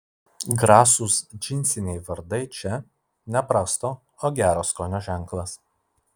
grasūs džinsiniai vardai čia ne prasto o gero skonio ženklas